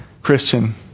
Christian